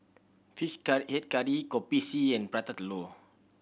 fish head curry Kopi C and Prata Telur